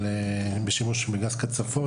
מהשימוש בגז קצפות.